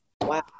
Wow